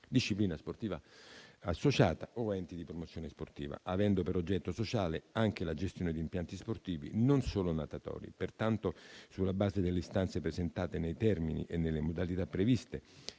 disciplina sportiva associata o enti di promozione sportiva, avendo per oggetto sociale anche la gestione di impianti sportivi non solo natatori. Pertanto, sulla base delle istanze presentate nei termini e nelle modalità previste